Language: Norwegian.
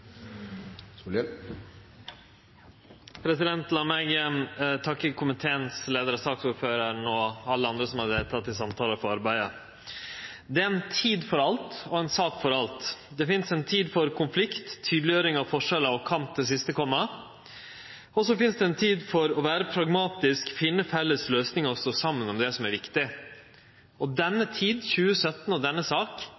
ei tid for alt og ei sak for alt. Det finst ei tid for konflikt, tydeleggjering av forskjellar og kamp til siste komma, og det finst ei tid for å vere pragmatisk, finne felles løysingar og stå saman om det som er viktig. Denne tida, 2017, og